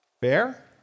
Fair